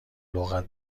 لغت